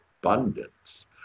abundance